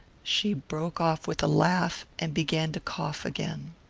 she broke off with a laugh and began to cough again.